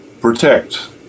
protect